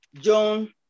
John